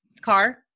Car